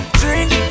drink